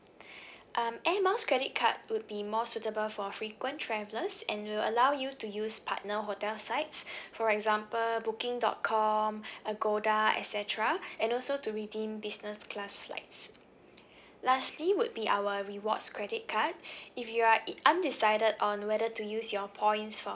um air miles credit card would be more suitable for frequent travellers and will allow you to use partner hotel sites for example booking dot com agoda et cetera and also to redeem business class flights lastly would be our rewards credit card if you are i~ undecided on whether to use your points for